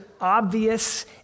obvious